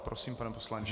Prosím, pane poslanče.